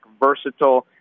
versatile